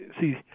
see